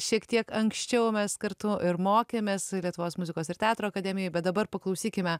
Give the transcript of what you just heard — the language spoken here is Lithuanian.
šiek tiek anksčiau mes kartu ir mokėmės lietuvos muzikos ir teatro akademijoj bet dabar paklausykime